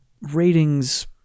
Ratings